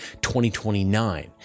2029